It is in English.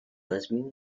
lesbian